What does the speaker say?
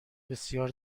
بسیار